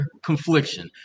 Confliction